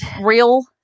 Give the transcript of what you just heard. real